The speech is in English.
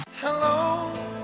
Hello